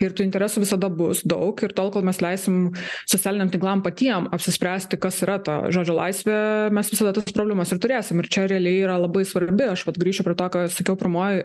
ir tų interesų visada bus daug ir tol kol mes leisim socialiniam tinklam patiem apsispręsti kas yra ta žodžio laisvė mes visada tokias problemas ir tu turėsim ir čia realiai yra labai svarbi aš vat grįšiu prie to ką ir sakiau pirmojoj